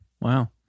wow